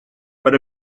but